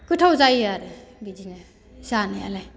गोथाव जायो आरो बिदिनो जानायालाय